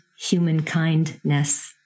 humankindness